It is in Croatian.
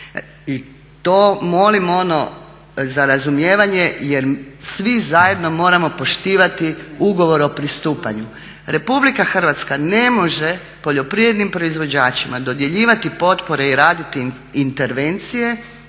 I to molim za razumijevanje jer svi zajedno moramo poštivati ugovor o pristupanju. Republika Hrvatska ne može poljoprivrednim proizvođačima dodjeljivati potpore i raditi im intervencije